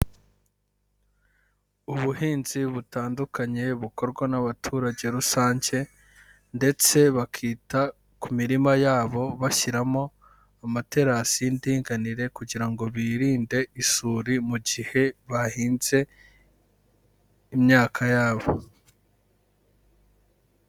Ubuhinzi butandukanye bukorwa n'abaturage rusange, ndetse bakita ku mirima yabo bashyiramo amaterasi y'indinganire, kugira ngo birinde isuri, mu gihe bahinze, imyaka yabo.